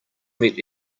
met